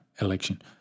election